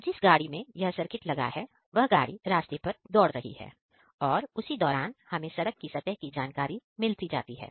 तो जिस गाड़ी में यह सर्किट लगा है वह गाड़ी रास्ते पर दौड़ रही है और उसी दौरान हमें सड़क की सतह की जानकारी मिलती जाती है